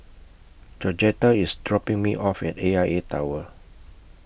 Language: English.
Georgetta IS dropping Me off At A I A Tower